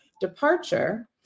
departure